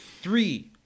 Three